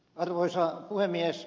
arvoisa puhemies